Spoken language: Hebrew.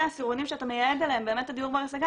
העשירונים שאתה מייעד אליהם באמת את הדיור בר השגה,